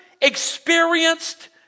experienced